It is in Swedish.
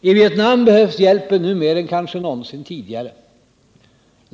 I Vietnam behövs hjälpen nu mer än kanske någonsin tidigare.